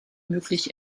möglich